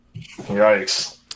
Yikes